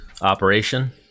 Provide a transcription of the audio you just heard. operation